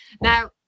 now